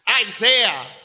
Isaiah